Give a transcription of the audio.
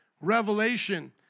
Revelation